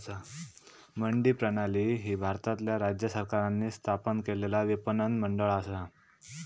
मंडी प्रणाली ही भारतातल्या राज्य सरकारांनी स्थापन केलेला विपणन मंडळ असा